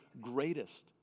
greatest